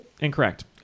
Incorrect